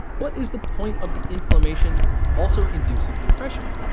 what is the point of the inflammation also inducing depression?